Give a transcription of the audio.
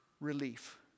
relief